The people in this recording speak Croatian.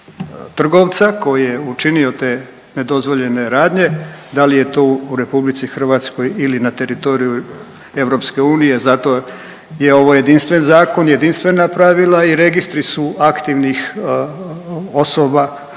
trgovca koji je učinio te nedozvoljene radnje, da li je to u RH ili na teritoriju EU. Zato je ovo jedinstven zakon i jedinstvena pravila i registri su aktivnih osoba,